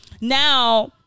Now